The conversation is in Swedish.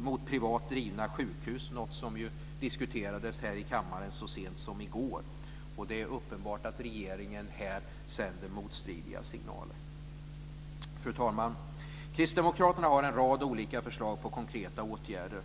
mot privat drivna sjukhus, något som diskuterades här i kammaren så sent som i går. Det är uppenbart att regeringen här sänder motstridiga signaler. Fru talman! Kristdemokraterna har en rad olika förslag på konkreta åtgärder.